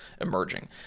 emerging